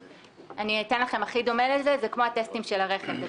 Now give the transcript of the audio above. הכי דומה זה הטסטים של הרכב.